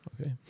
Okay